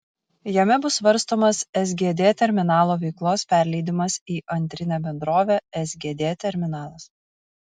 jame bus svarstomas sgd terminalo veiklos perleidimas į antrinę bendrovę sgd terminalas